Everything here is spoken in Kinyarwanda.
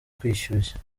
kwishyushya